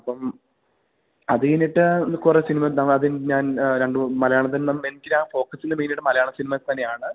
അപ്പം അത് കഴിഞ്ഞിട്ട് കുറേ സിനിമയുണ്ടാവും അത് ഞാൻ രണ്ടു മലയാളം തന്നെ മെയിൻലി ഫോക്കസെയ്യുന്ന മെയിനായിട്ട് മലയാള സിനിമ തന്നെയാണ്